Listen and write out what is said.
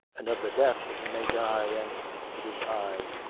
and of the death that he may die i. and it is i.